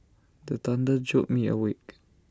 the thunder jolt me awake